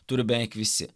turi beveik visi